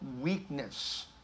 weakness